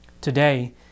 Today